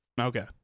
Okay